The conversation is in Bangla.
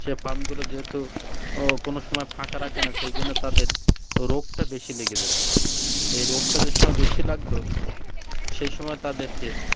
সে ফার্মগুলো যেহেতু কোনো সময় ফাঁকা রাখে না সেই জন্য তাদের রোগটা বেশি লেগে যেত এই রোগটা যে সময় বেশি লাগতো সেই সময় তাদেরকে